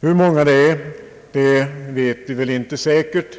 Hur många det är vet vi inte säkert.